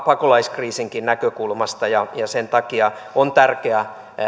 pakolaiskriisinkin näkökulmasta ja sen takia on tärkeää